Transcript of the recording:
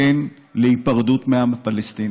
כן היפרדות מהעם הפלסטיני,